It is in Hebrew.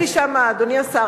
אדוני השר,